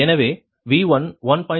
எனவே V1 1